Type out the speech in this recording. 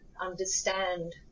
understand